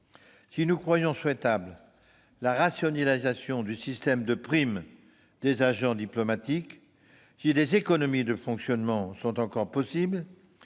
Si nous croyons souhaitable la rationalisation du système de prime des agents diplomatiques, si des économies de fonctionnement sont encore possibles,